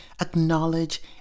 acknowledge